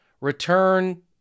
return